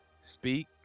speak